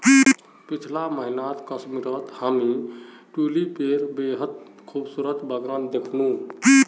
पीछला महीना कश्मीरत हामी ट्यूलिपेर बेहद खूबसूरत बगान दखनू